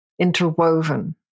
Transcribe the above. interwoven